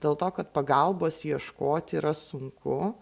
dėl to kad pagalbos ieškoti yra sunku